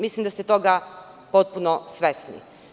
Mislim da ste toga potpuno svesni.